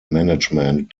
management